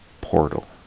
portal